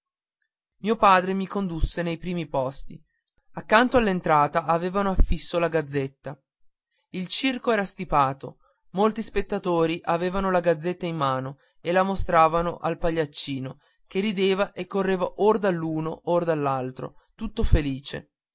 mio padre mi condusse nei primi posti accanto all'entrata avevano affisso la gazzetta il circo era stipato molti spettatori avevano la gazzetta in mano e la mostravano al pagliaccino che rideva e correva or dall'uno or dall'altro tutto felice